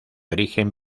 origen